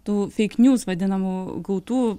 tų feik njūs vadinamų gautų